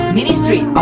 ministry